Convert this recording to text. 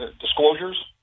disclosures